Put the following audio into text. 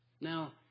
now